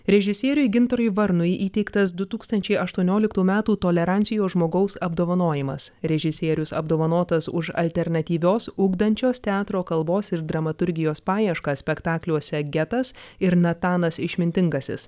režisieriui gintarui varnui įteiktas du tūkstančiai aštuonioliktų metų tolerancijos žmogaus apdovanojimas režisierius apdovanotas už alternatyvios ugdančios teatro kalbos ir dramaturgijos paieškas spektakliuose getas ir natanas išmintingasis